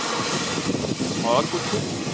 अच्छा अच्छा और कुझु